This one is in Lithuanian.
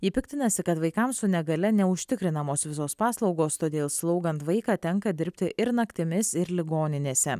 ji piktinasi kad vaikams su negalia neužtikrinamos visos paslaugos todėl slaugant vaiką tenka dirbti ir naktimis ir ligoninėse